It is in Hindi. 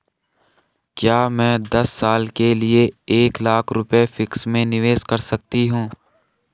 क्या मैं दस साल के लिए एक लाख रुपये फिक्स में निवेश कर सकती हूँ?